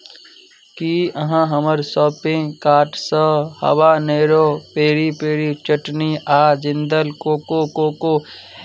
की अहाँ हमर शॉपिंग कार्टसँ हवा नेरो पेरी पेरी चटनी आ जिंदल कोको कोको